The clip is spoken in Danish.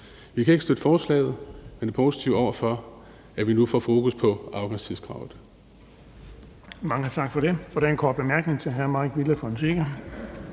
Vi kan ikke støtte forslaget, men vi er positive over for, at vi nu får fokus på afgangstidskravet.